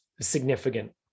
significant